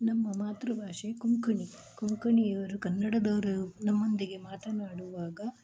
ನಮ್ಮ ಮಾತೃಭಾಷೆ ಕೊಂಕಣಿ ಕೊಂಕಣಿಯವರು ಕನ್ನಡದವರು ನಮ್ಮೊಂದಿಗೆ ಮಾತನಾಡುವಾಗ